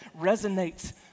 resonates